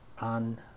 on